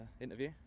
interview